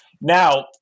Now